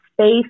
space